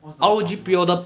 what's the ultimate